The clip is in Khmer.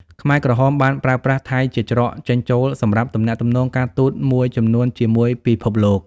ខ្មែរក្រហមបានប្រើប្រាស់ថៃជាច្រកចេញចូលសម្រាប់ទំនាក់ទំនងការទូតមួយចំនួនជាមួយពិភពលោក។